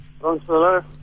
hello